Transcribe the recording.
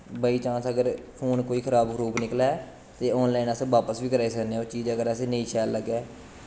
बाई chance अगर phone कोई खराब खरूब निकलै ते आनलाइन अस बापस बी कराई सकने ओह् चीज़ अगर असेंगी नेईं शैल लग्गै